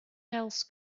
else